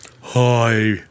Hi